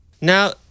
Now